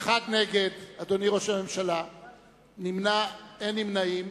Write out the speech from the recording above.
אחד נגד, אדוני ראש הממשלה, אין נמנעים.